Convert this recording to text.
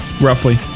roughly